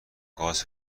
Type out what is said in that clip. گاز